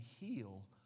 heal